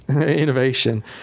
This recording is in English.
innovation